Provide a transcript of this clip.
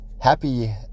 Happy